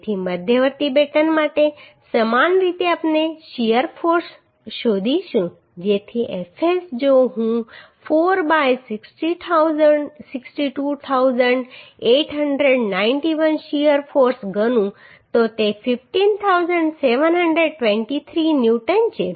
તેથી મધ્યવર્તી બેટન માટે સમાન રીતે આપણે શીયર ફોર્સ શોધીશું જેથી Fs જો હું 4 બાય 62891 શીયર ફોર્સ ગણું તો તે 15723 ન્યુટન છે